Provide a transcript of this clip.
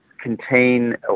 contain